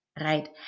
right